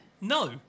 no